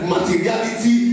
Materiality